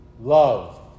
love